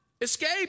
escape